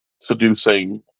seducing